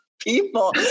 people